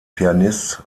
pianist